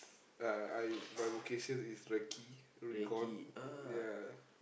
uh I my vocation is recce recall ya